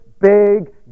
big